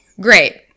Great